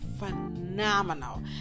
phenomenal